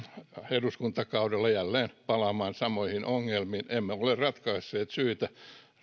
eduskuntakaudella jälleen palaamaan samoihin ongelmiin emme ole ratkaisseet syitä